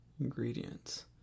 Ingredients